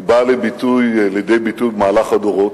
היא באה לידי ביטוי במהלך הדורות: